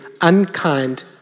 unkind